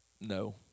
No